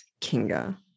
Kinga